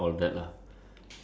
to the zoo